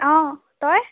অ তই